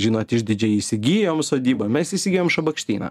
žinot išdidžiai įsigijom sodybą mes įsigijom šabakštyną